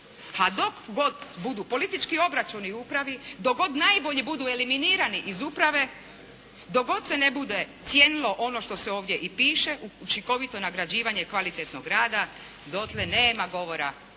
A dok god budu politički obračuni u upravi, dok god najbolji budu eliminirani iz uprave, dok god se ne bude cijenilo ono što se ovdje i piše, učinkovito nagrađivanje kvalitetnog rada dotle nema govora